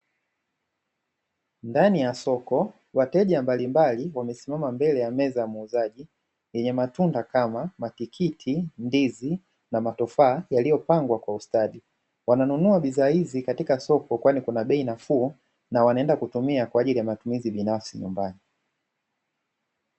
Ndani ya soko wateja mbalimbali wamesimama mbele ya meza ya muuzaji yenye matunda kama matikiti, ndizi na matofaa yaliyopangwa kwa ustadi. Wamenunua bidhaa hizi katika soko kwani kuna bei nafuu na wanaenda kutumia kwa ajili ya matumizi binafsi nyumbani.